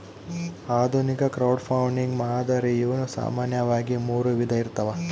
ಆಧುನಿಕ ಕ್ರೌಡ್ಫಂಡಿಂಗ್ ಮಾದರಿಯು ಸಾಮಾನ್ಯವಾಗಿ ಮೂರು ವಿಧ ಇರ್ತವ